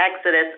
exodus